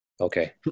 Okay